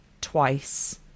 twice